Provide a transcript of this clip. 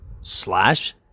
slash